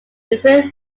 including